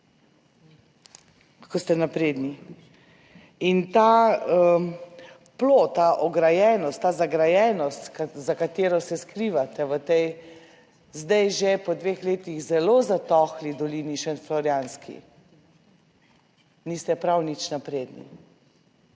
Kako ste napredni. In ta plod, ta ograjenost, ta zagrajenost, za katero se skrivate v tej zdaj že po dveh letih zelo zatohli dolini Šentflorjanski, niste prav nič napredni.